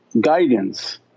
guidance